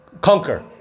conquer